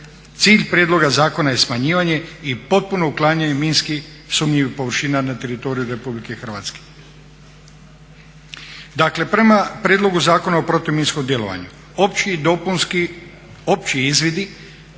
Cilj prijedloga zakona je smanjivanje i potpuno uklanjanje minski sumnjivih površina na teritoriju Republike Hrvatske. Dakle prema Prijedlogu zakona o protuminskom djelovanju opći izvidi